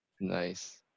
Nice